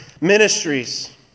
ministries